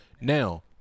now